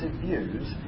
views